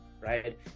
right